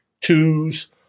twos